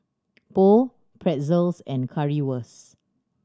Pho Pretzels and Currywurst